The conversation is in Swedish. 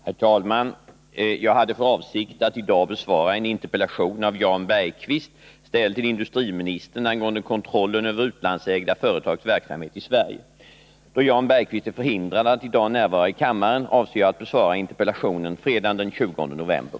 Herr talman! Jag hade för avsikt att i dag besvara en interpellation av Jan Bergqvist, ställd till industriministern, angående kontrollen över utlandsä da företags verksamhet i Sverige. Då Jan Bergqvist är förhindrad att i dag närvara i kammaren avser jag att besvara interpellationen fredagen den 20 november.